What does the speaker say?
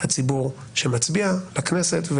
הציבור שמצביע לכנסת,